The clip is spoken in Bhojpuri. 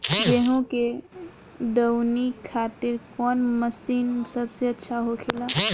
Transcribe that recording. गेहु के दऊनी खातिर कौन मशीन सबसे अच्छा होखेला?